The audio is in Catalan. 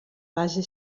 base